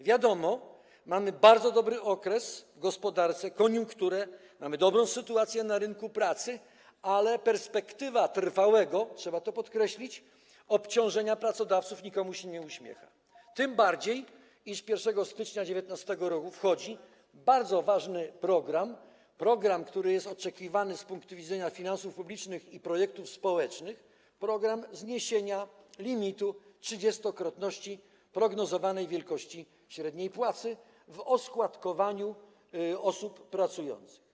Wiadomo, mamy bardzo dobry okres w gospodarce, koniunkturę, mamy dobrą sytuację na rynku pracy, ale perspektywa trwałego - trzeba to podkreślić - obciążenia pracodawców nikomu się nie uśmiecha, tym bardziej że 1 stycznia 2019 r. wchodzi bardzo ważny program, program, który jest oczekiwany z punktu widzenia finansów publicznych i projektów społecznych, program zniesienia limitu 30-krotności prognozowanej wielkości średniej płacy w oskładkowaniu osób pracujących.